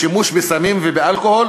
לשימוש בסמים ובאלכוהול,